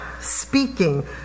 speaking